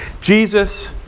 Jesus